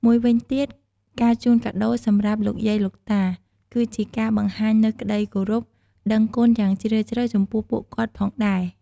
មួយវិញទៀត ការជូនកាដូរសម្រាប់លោកយាយលោកតា គឺជាការបង្ហាញនូវក្តីគោរពដឹងគុណយ៉ាងជ្រាលជ្រៅចំពោះពួកគាត់ ផងដែរ។